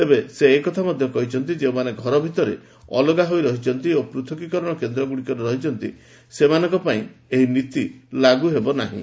ତେବେ ସେ ଏ କଥା ମଧ୍ୟ କହିଛନ୍ତି ଯେଉଁମାନେ ଘର ଭିତରେ ଅଲଗା ହୋଇ ରହିଛନ୍ତି ଓ ପୂଥକୀକରଣ କେନ୍ଦ୍ରଗୁଡ଼ିକରେ ରହିଛନ୍ତି ସେମାନଙ୍କ ପାଇଁ ଏହି ନୀତି ଲାଗୁ ହେବ ନାହିଁ